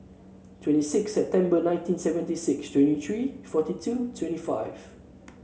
twenty six September nineteen seventy six twenty three forty two twenty five